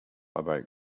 about